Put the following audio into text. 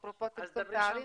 אפרופו צמצום פערים.